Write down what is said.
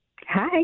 Hi